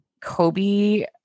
Kobe